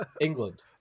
England